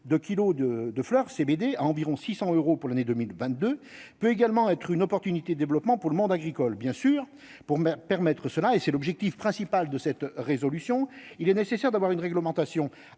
de kilos de de fleurs CBD à environ 600 euros pour l'année 2022 peut également être une opportunité de développement pour le monde agricole bien sûr pour me permettre cela, et c'est l'objectif principal de cette résolution, il est nécessaire d'avoir une réglementation